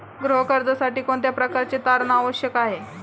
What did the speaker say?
गृह कर्जासाठी कोणत्या प्रकारचे तारण आवश्यक आहे?